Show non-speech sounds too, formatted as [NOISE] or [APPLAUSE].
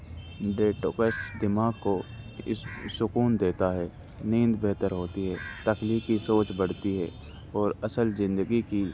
date [UNINTELLIGIBLE] دماغ کو اس سکون دیتا ہے نیند بہتر ہوتی ہے تخلیقی سوچ بڑھتی ہے اور اصل زندگی کی